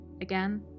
Again